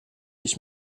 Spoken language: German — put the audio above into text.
ich